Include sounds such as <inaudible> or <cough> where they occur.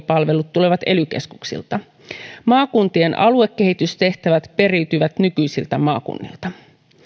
<unintelligible> palvelut tulevat ely keskuksilta maakuntien aluekehitystehtävät periytyvät nykyisiltä maakunnilta